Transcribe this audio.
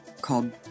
called